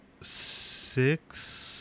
six